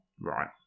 Right